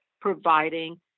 providing